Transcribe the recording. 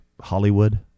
Hollywood